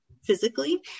physically